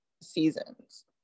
seasons